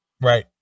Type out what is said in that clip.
Right